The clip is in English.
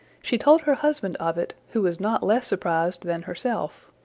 she told her husband of it, who was not less surprised than herself.